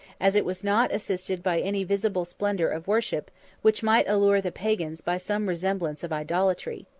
as it was not assisted by any visible splendor of worship which might allure the pagans by some resemblance of idolatry.